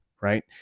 right